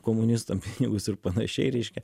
komunistam pinigus ir panašiai reiškia